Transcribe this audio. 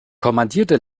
kommandierte